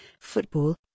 football